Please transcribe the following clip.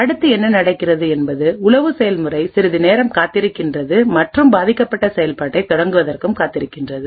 அடுத்தது என்ன நடக்கிறது என்பது உளவு செயல்முறை சிறிது நேரம் காத்திருக்கிறது மற்றும் பாதிக்கப்பட்ட செயல்பாட்டை தொடங்குவதற்கு காத்திருக்கிறது